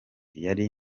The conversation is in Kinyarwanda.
yari